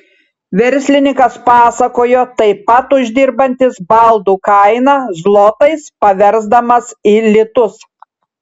verslininkas pasakojo taip pat uždirbantis baldų kainą zlotais paversdamas į litus